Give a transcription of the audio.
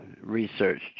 researched